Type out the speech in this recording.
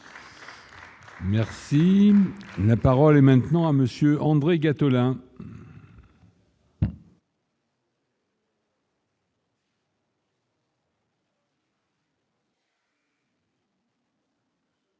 Merci, la parole est maintenant à Monsieur André Gattolin.